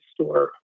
store